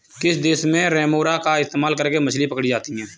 किस देश में रेमोरा का इस्तेमाल करके मछली पकड़ी जाती थी?